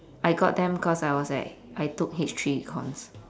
I got them cause I was at I took H three econs